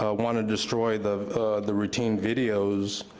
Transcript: ah want to destroy the the routine videos,